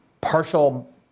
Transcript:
partial